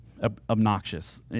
obnoxious